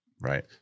Right